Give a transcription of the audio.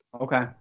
Okay